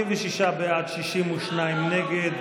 46 בעד, 62 נגד.